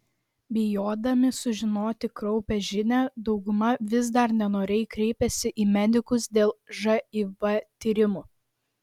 bijodami sužinoti kraupią žinią dauguma vis dar nenoriai kreipiasi į medikus dėl živ tyrimų